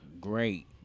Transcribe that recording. great